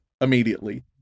immediately